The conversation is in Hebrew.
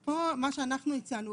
פה מה שאנחנו הצענו,